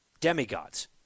demigods